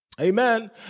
Amen